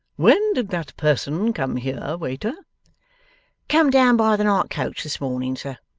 when did that person come here, waiter come down by the night-coach, this morning, sir